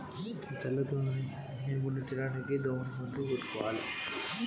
తెల్ల దోమ నిర్ములించడానికి ఏం వాడాలి?